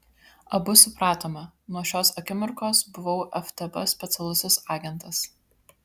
abu supratome nuo šios akimirkos buvau ftb specialusis agentas